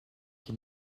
qui